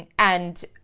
and and